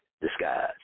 disguise